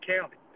County